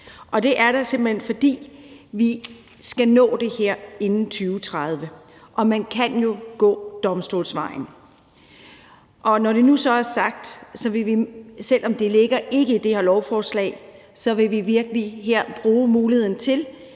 det er der simpelt hen, fordi vi skal nå det her inden 2030, og man kan jo gå domstolsvejen. Når det så nu er sagt, vil vi, selv om det ikke ligger i det her lovforslag, virkelig her bruge muligheden til